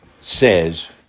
says